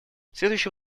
следующий